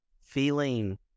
feeling